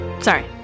Sorry